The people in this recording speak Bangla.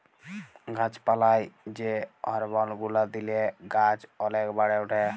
গাছ পালায় যে হরমল গুলা দিলে গাছ ওলেক বাড়ে উঠে